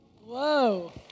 Whoa